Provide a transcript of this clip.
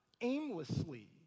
aimlessly